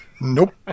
Nope